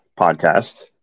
podcast